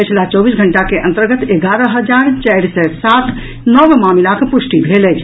पछिला चौबीस घंटा के अंतर्गत एगारह हजार चारि सय सात नव मामिलाक पुष्टि भेल अछि